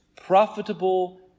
profitable